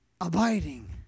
abiding